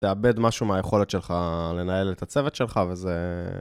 תאבד משהו מהיכולת שלך לנהל את הצוות שלך וזה...